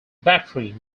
battery